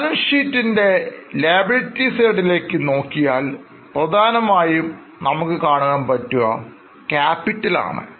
balance sheet ഇൻറെ Liability സൈഡിലേക്ക് നോക്കിയാൽ പ്രധാനമായും നമുക്ക് കാണുവാൻ പറ്റുക ക്യാപിറ്റൽആണ്